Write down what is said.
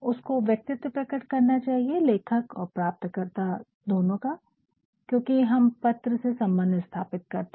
उसको व्यक्तित्व प्रकट करना चाहिए लेखक और प्राप्तकर्ता दोनों की क्योकि हम पत्र से सम्बन्ध स्थापित करते है